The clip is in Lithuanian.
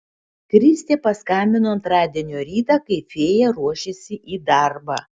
kristė paskambino antradienio rytą kai fėja ruošėsi į darbą